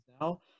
now